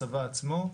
הצבא עצמו.